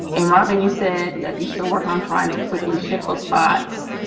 in robin you said you're still working on trying to quickly ship those thoughts